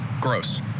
Gross